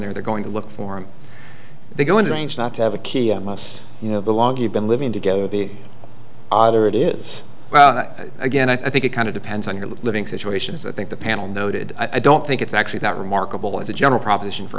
there they're going to look for him they go into range not to have a key almost you know the longer you've been living together the odder it is well again i think it kind of depends on your living situations i think the panel noted i don't think it's actually that remarkable as a general proposition for